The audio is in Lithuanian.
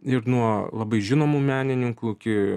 ir nuo labai žinomų menininkų iki